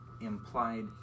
implied